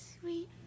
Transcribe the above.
sweet